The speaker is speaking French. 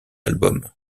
album